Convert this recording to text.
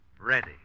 Ready